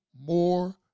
more